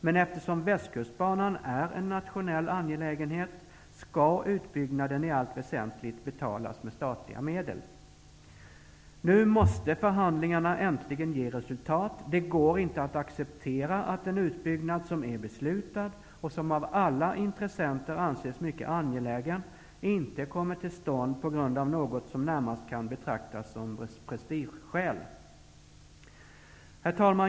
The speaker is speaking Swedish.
Men eftersom Västkustbanan är en nationell angelägenhet skall utbyggnaden i allt väsentligt betalas med statliga medel. Nu måste förhandlingarna äntligen ge resultat. Det går inte att acceptera att en utbyggnad som är beslutad, och som av alla intressenter anses mycket angelägen, inte kommer till stånd på grund av något som närmast kan betraktas som prestigeskäl.